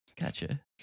Gotcha